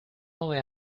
only